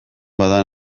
bada